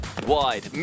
wide